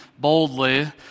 boldly